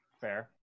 Fair